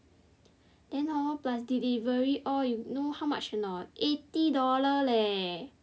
then hor plus delievery all you know how much or not eighty dollar leh